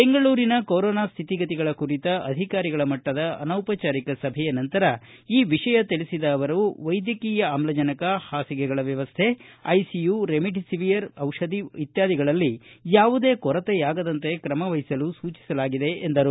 ಬೆಂಗಳೂರಿನ ಕೊರೋನಾ ಶ್ಥಿತಿ ಗತಿಗಳ ಕುರಿತ ಅಧಿಕಾರಿಗಳ ಮಟ್ಟದ ಅನೌಪಜಾರಿಕ ಸಭೆಯ ನಂತರ ಈ ವಿಷಯ ತಿಳಿಸಿದ ಅವರು ವೈದ್ಯಕೀಯ ಆಮ್ಲಜನಕ ಹಾಸಿಗೆಗಳ ವ್ಯವಸ್ಥೆ ಐಸಿಯು ರೆಮಿಡಿಸಿವಿರ್ ಐಷಧಿ ಇತ್ಯಾದಿಗಳಲ್ಲಿ ಯಾವುದೇ ಕೊರತೆಯಾಗದಂತೆ ಕ್ರಮ ವಹಿಸಲು ಸೂಚಿಸಲಾಗಿದೆ ಎಂದರು